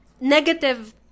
negative